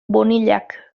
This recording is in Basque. bonillak